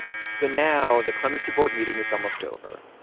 so now the clemency board meeting is almost over.